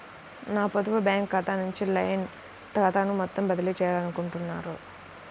నా పొదుపు బ్యాంకు ఖాతా నుంచి లైన్ ఖాతాకు మొత్తం బదిలీ చేయాలనుకుంటున్నారా?